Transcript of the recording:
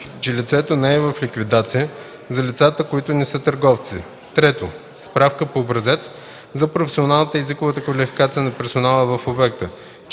че лицето не е в ликвидация – за лицата, които не са търговци; 3. справка по образец за професионалната и езиковата квалификация на персонала в обекта;